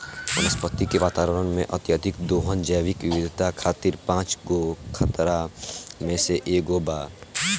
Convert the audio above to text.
वनस्पति के वातावरण में, अत्यधिक दोहन जैविक विविधता खातिर पांच गो खतरा में से एगो बा